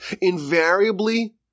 Invariably